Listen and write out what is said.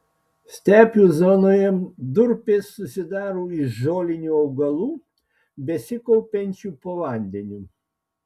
stepių zonoje durpės susidaro iš žolinių augalų besikaupiančių po vandeniu